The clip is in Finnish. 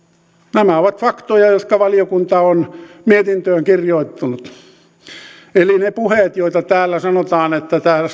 nämä ovat faktoja jotka valiokunta on mietintöön kirjoittanut eli ne puheet mitä täällä sanotaan että täällä